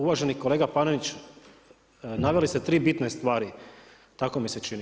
Uvaženi kolega Panenić, naveli ste tri bitne stvari, tako mi se čini.